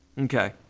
Okay